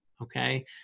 okay